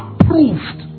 approved